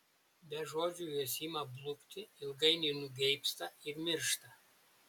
be žodžių jos ima blukti ilgainiui nugeibsta ir miršta